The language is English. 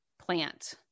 plant